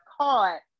caught